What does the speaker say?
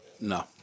No